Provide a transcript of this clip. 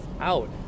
out